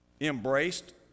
embraced